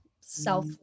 self